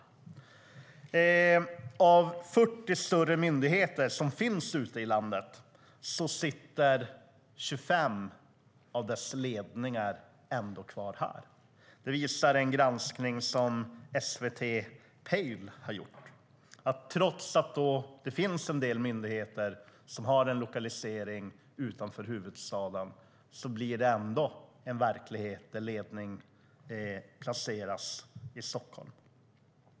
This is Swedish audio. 25 av ledningarna i de 40 större myndigheter som finns ute i landet sitter kvar här. Det visar en granskning som SVT Pejl har gjort. Trots att det finns en del myndigheter som är lokaliserade utanför huvudstaden är verkligheten att ledningen är placerad i Stockholm.